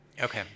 Okay